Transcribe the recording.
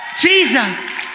Jesus